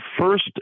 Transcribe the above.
first